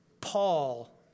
Paul